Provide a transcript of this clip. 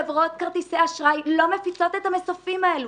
חברות כרטיסי האשראי לא מפיצות את המסופים האלו,